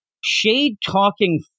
shade-talking